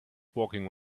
walking